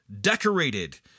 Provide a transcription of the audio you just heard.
decorated